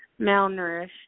malnourished